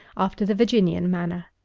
after the virginian manner.